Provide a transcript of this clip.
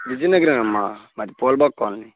విజయనగరమే అమ్మ మాది ఫూల్బాగ్ కాలనీ